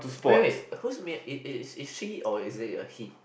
wait wait who's Mia is is is she or is it a he